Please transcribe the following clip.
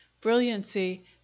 brilliancy